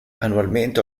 annualmente